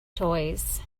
toys